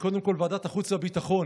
שקודם כול ועדת החוץ והביטחון